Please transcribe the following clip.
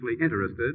interested